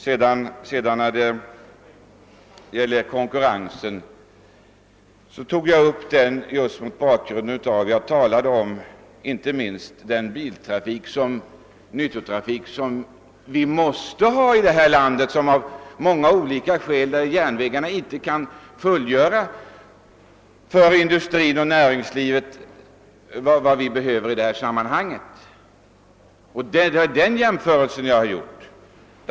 |: Jag tog upp frågan om konkurrensen just mot bakgrunden av den nyttotrafik som vi måste ha i detta land. I många fall kan järnvägarna inte fullgöra vad industrin och näringslivet behöver.